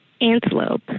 antelope